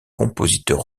compositeurs